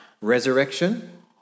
Resurrection